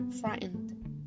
frightened